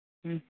ꯎꯝ